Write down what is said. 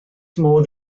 modd